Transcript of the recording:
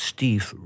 Steve